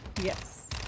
Yes